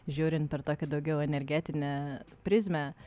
žiūrint per tokią daugiau energetinę prizmę